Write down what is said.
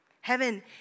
Heaven